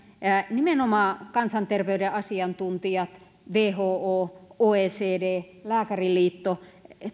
nimenomaan kansanterveyden asiantuntijat who oecd lääkäriliitto